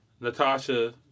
Natasha